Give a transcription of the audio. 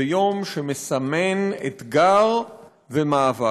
זה יום שמסמן אתגר ומאבק.